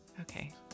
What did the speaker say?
Okay